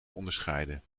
onderscheiden